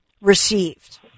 received